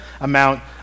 amount